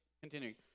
continuing